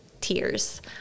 tears